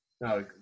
No